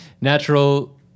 natural